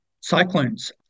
cyclones